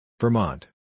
Vermont